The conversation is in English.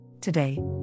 Today